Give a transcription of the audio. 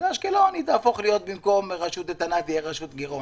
ואשקלון תהפוך להיות במקום רשות אייתנה לרשות גירעונית,